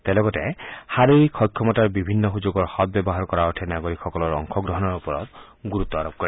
তেওঁ লগতে শাৰীৰিক সক্ষমতাৰ বিভিন্ন সুযোগৰ সৎ ব্যৱহাৰ কৰাৰ অৰ্থে নাগৰিকসকলৰ অংশগ্ৰহণৰ ওপৰত গুৰুত্ব আৰোপ কৰে